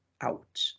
out